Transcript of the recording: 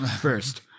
first